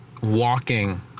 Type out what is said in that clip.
walking